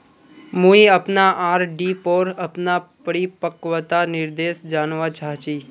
मुई अपना आर.डी पोर अपना परिपक्वता निर्देश जानवा चहची